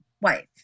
wife